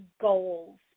goals